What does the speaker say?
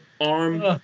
Arm